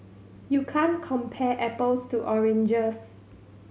you can't compare apples to oranges